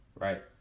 Right